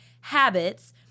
habits